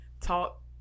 talk